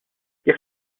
jekk